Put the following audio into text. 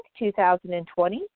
2020